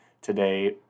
today